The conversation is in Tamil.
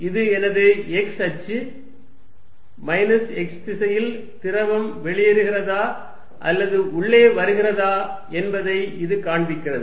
இது எனது x அச்சு மைனஸ் x திசையில் திரவம் வெளியேறுகிறதா அல்லது உள்ளே வருகிறதா என்பதை இது காண்பிக்கிறது